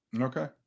Okay